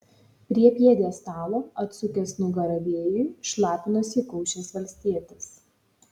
prie pjedestalo atsukęs nugarą vėjui šlapinosi įkaušęs valstietis